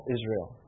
Israel